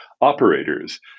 operators